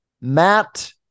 matt